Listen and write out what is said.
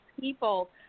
people